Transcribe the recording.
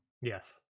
Yes